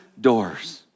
doors